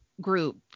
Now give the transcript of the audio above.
group